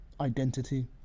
identity